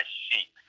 sheep